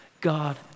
God